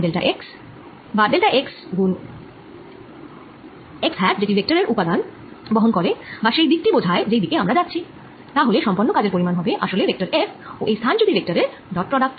ধরা যাক আমি এই ভেক্টর এর নাম দিলাম ডেল্টা x বা ডেল্টা x গুন x হ্যাট যেটি ভেক্টর এর উপাদান বহন করে বা সেই দিক টি বোঝায় যেই দিকে আমরা যাচ্ছি তাহলে সম্পন্ন কাজের পরিমাণ হবে আসলে ভেক্টর F ও এই স্থান চ্যুতি ভেক্টর এর ডট প্রোডাক্ট